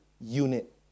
unit